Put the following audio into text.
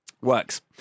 Works